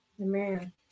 Amen